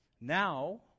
Now